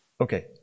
Okay